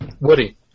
Woody